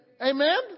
Amen